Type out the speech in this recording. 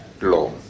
law